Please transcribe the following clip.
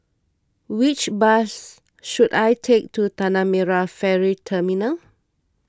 which bus should I take to Tanah Merah Ferry Terminal